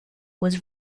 was